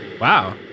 Wow